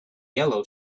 yellow